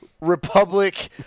Republic